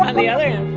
um the other